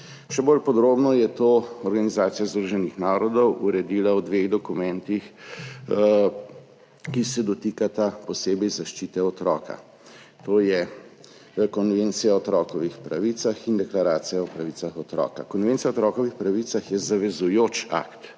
Še bolj podrobno je to Organizacija združenih narodov uredila v dveh dokumentih, ki se dotikata posebej zaščite otroka, to je Konvencija o otrokovih pravicah in Deklaracija o otrokovih pravicah. Konvencija o otrokovih pravicah je zavezujoč akt,